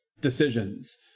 decisions